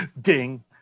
Ding